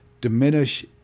diminish